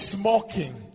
smoking